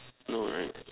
no right